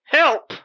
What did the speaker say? help